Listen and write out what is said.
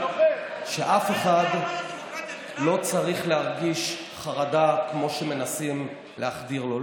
אף אחד לא צריך להרגיש חרדה כמו שמנסים להחדיר לו.